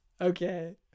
Okay